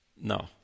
No